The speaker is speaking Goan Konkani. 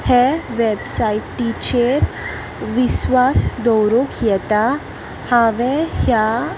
ह्या वेबसायटीचेर विस्वास दवरूंक येता हांवें ह्या